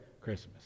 Christmas